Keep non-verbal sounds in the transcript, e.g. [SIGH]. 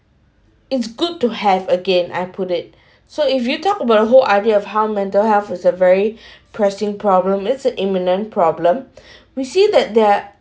it's good to have again I put it [BREATH] so if you talk about the whole idea of how mental health is a very [BREATH] pressing problem it's an imminent problem [BREATH] we see that they're